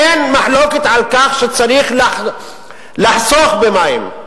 אין מחלוקת על כך שצריך לחסוך במים,